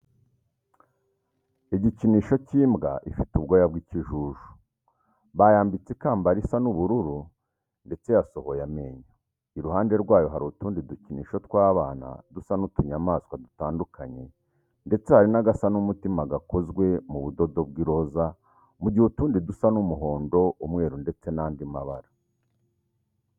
Igikinisho cy'imbwa ifite ubwoya bw'ikijuju bayambitse ikamba risa n'ubururu ndetse yasohoye amenyo. Iruhande rwayo hari utundi dukinisho tw'abana dusa n'utunyamaswa dutandukanye ndetse hari n'agasa n'umutima gakozwe mu budodo bw'iroza mu gihe utundi dusa n'umuhondo, umweru ndetse n'andii mabara.